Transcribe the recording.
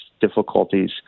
difficulties